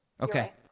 Okay